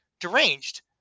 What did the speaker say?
Deranged